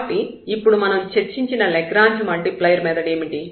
కాబట్టి ఇప్పుడు మనం చర్చించిన లాగ్రాంజ్ మల్టిప్లైయర్ మెథడ్ ఏమిటి